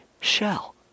shell